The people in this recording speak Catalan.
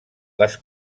les